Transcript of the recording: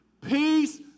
Peace